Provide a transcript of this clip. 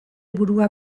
burua